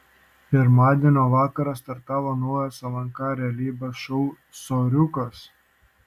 pirmadienio vakarą startavo naujas lnk realybės šou soriukas